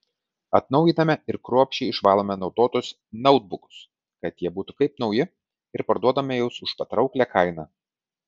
atnaujiname ir kruopščiai išvalome naudotus nautbukus kad jie būtų kaip nauji ir parduodame juos už patrauklią kainą